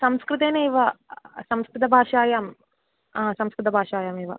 संस्कृतेनैव संस्कृतभाषायां संस्कृतभाषायामेव